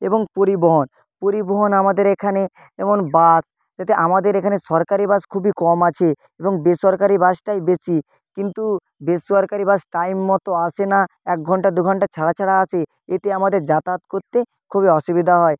এবং পরিবহন পরিবহন আমাদের এখানে যেমন বাস যাতে আমাদের এখানে সরকারি বাস খুবই কম আছে এবং বেসরকারি বাসটাই বেশি কিন্তু বেসরকারি বাস টাইম মত আসে না এক ঘন্টা দু ঘন্টা ছাড়া ছাড়া আসে এতে আমাদের যাতায়াত করতে খুবই অসুবিধা হয়